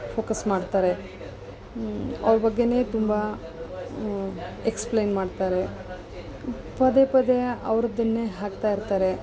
focus ಮಾಡ್ತಾರೆ ಅವ್ರ ಬಗ್ಗೇನೆ ತುಂಬ ಎಕ್ಸ್ಪ್ಲೈನ್ ಮಾಡ್ತಾರೆ ಪದೇ ಪದೆ ಅವರದ್ದನ್ನೇ ಹಾಕ್ತಾ ಇರ್ತಾರೆ